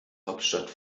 hauptstadt